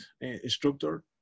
instructor